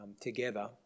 together